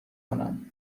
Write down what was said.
کنم